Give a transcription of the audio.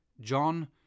John